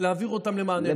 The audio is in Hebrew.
להעביר אותם למענה אנושי?